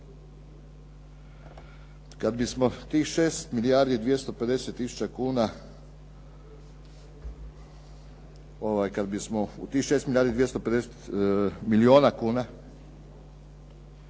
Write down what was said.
Kad bismo u tih 6 milijardi 250 milijuna kuna